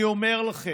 אני אומר לכם: